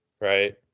right